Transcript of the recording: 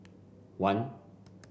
one